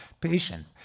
patient